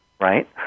Right